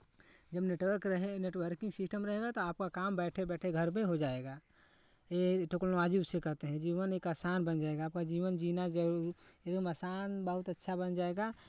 जब नेटवर्क रहे networking system रहेगा तो आपका काम बैठे बैठे घर पे हो जाएगा यही जो टेक्नोलॉजी इसे कहते हैं जीवन एक आसान बन जाएगा आपका जीवन जीना एकदम आसान बहुत अच्छा बन जाएगा